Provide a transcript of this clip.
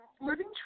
living